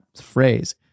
phrase